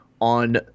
on